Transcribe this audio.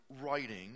writing